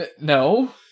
no